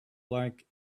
like